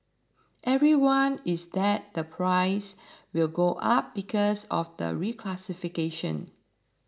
everyone is that the prices will go up because of the reclassification